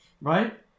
Right